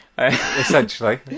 Essentially